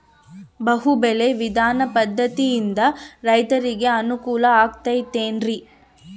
ಬಹು ಬೆಳೆ ವಿಧಾನ ಪದ್ಧತಿಯಿಂದ ರೈತರಿಗೆ ಅನುಕೂಲ ಆಗತೈತೇನ್ರಿ?